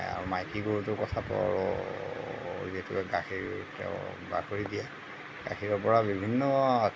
আৰু মাইকী গৰুটোৰ কথাটো আৰু যিটোৱে গাখীৰ খীৰাব দিয়ে গাখীৰৰপৰা বিভিন্ন